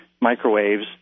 microwaves